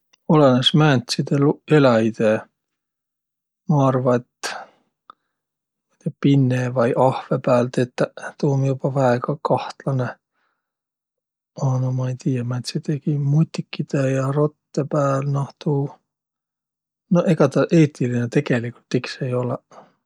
Olõnõs, määntside eläjide. Ma arva, et pinne vai ahvõ pääl tetäq, tuu um joba väega kahtlanõ. A no ma'i tiiäq määntsidegi mutikidõ ja rottõ pääl, noh tuu, no egaq taa eetiline tegeligult iks ei olõq.